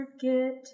forget